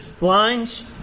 lines